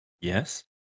Yes